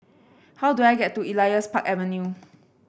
how do I get to Elias Park Avenue